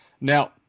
Now